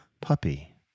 puppy